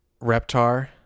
Reptar